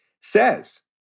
says